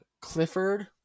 Clifford